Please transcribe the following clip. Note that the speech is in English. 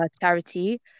charity